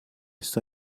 ist